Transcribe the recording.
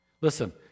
Listen